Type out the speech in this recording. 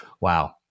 Wow